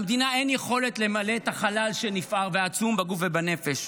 למדינה אין יכולת למלא את החלל העצום שנפער בגוף ובנפש,